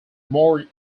moored